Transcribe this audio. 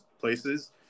places